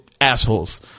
assholes